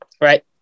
right